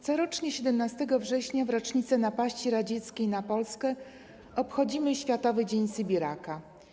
Co roku 17 września w rocznicę napaści radzieckiej na Polskę obchodzimy Światowy Dzień Sybiraka.